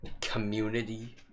community